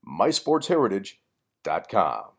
mysportsheritage.com